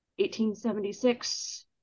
1876